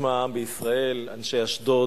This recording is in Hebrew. ישמע העם בישראל, אנשי אשדוד,